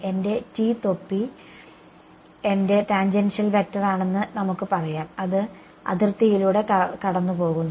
എന്റെ t തൊപ്പി എന്റെ ടാൻജെൻഷ്യൽ വെക്ടറാണെന്ന് നമുക്ക് പറയാം അത് അതിർത്തിയിലൂടെ പോകുന്നു